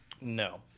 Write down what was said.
no